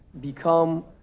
become